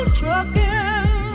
trucking